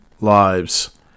lives